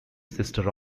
sister